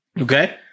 okay